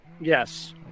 Yes